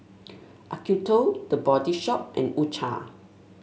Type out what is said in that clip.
Acuto The Body Shop and U Cha